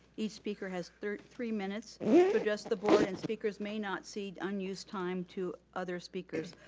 each speaker has three three minutes yeah to address the board and speakers may not cede unused time to other speakers.